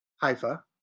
Haifa